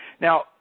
Now